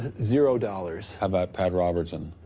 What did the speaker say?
zero dollars. how about pat robertson?